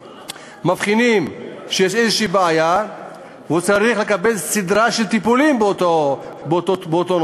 מבחינים שיש איזושהי בעיה והוא צריך לקבל סדרה של טיפולים באותו נושא,